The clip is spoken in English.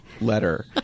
letter